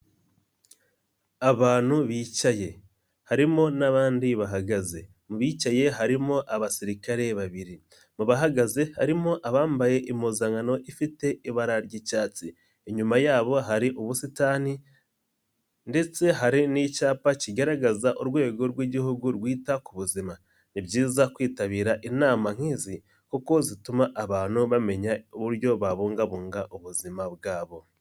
Abantu bicaye, harimo n'abandi bahagaze, mu bicaye harimo abasirikare babiri mu bahagaze harimo abambaye impuzankano ifite ibara ry'icyatsi inyuma yabo hari ubusitani ndetse hari n'icyapa kigaragaza urwego rw'igihugu rwita ku buzima, ni byiza kwitabira inama nk'izi kuko zituma abantu bamenya uburyo babungabunga ubuzima bwabo.